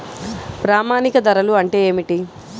ప్రామాణిక ధరలు అంటే ఏమిటీ?